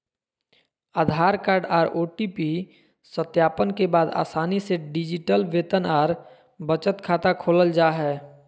आधार card आर OTP सत्यापन के बाद आसानी से डिजिटल वेतन आर बचत खाता खोलल जा हय